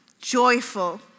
Joyful